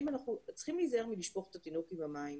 צריכים להיזהר מלשפוך את התינוק עם המים.